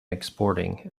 exporting